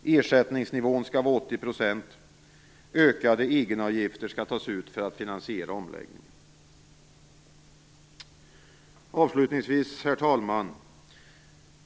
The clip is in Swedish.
Ersättningsnivån skall vara 80 %. Ökade egenavgifter skall tas ut för att finansiera omläggningen. Avslutningsvis, herr talman!